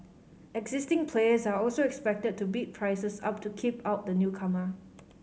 existing players are also expected to bid prices up to keep out the newcomer